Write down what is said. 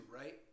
right